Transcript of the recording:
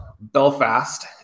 Belfast